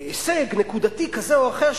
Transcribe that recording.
הישג נקודתי כזה או אחר,